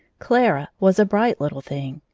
clara was a bright little thing.